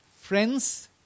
Friends